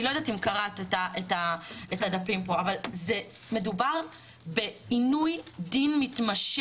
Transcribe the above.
אני לא יודעת אם קראת את הדפים פה אבל מדובר בעינוי דין מתמשך,